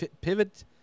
pivot